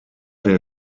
der